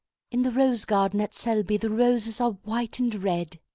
in the rose garden at selby the roses are white and red.